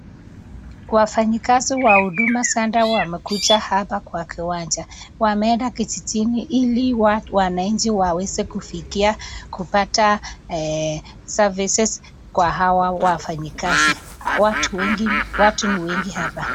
Wafanyikazi wa huduma centre wamekuja hapa kwa kiwanja. Wameenda kijijini ili wananchi waweze kufikia kupata services kwa hawa wafanyikazi. Watu ni wengi hapa.